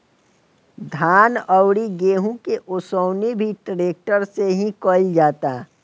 धान अउरी गेंहू के ओसवनी भी ट्रेक्टर से ही कईल जाता